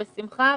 בשמחה,